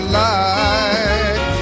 light